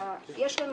אז יש פה את ירדנה.